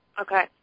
Okay